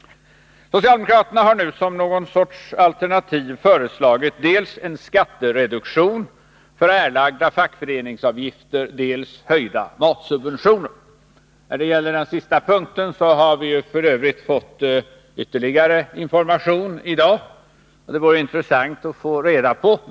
Socialdemokraterna har nu som någon sorts alternativ föreslagit dels en skattereduktion för erlagda fackföreningsavgifter, dels höjda matsubventioner. När det gäller den sista punkten har vi f. ö. fått ytterligare information i dag, och det vore intressant att få reda på vad som nu skall ske.